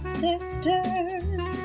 sisters